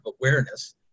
awareness